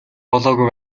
болоогүй